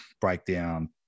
breakdown